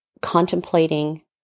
contemplating